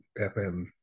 FM